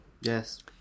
Yes